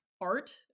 art